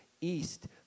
east